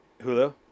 Hulu